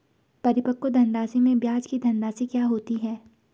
परिपक्व धनराशि में ब्याज की धनराशि क्या होती है?